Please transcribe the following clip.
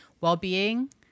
Well-being